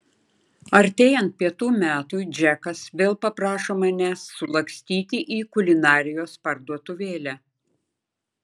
artėjant pietų metui džekas vėl paprašo manęs sulakstyti į kulinarijos parduotuvėlę